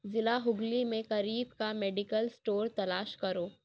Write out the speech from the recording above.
ضلع ہگلی میں قریب کا میڈیکل اسٹور تلاش کرو